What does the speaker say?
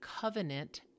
covenant